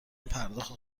پرداخت